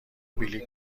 بلیط